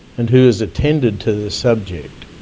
and who has attended to the subject.